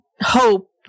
hope